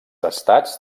estats